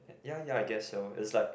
ya ya I guess so its like